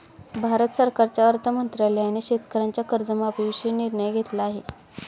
भारत सरकारच्या अर्थ मंत्रालयाने शेतकऱ्यांच्या कर्जमाफीविषयी निर्णय घेतला आहे